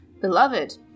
beloved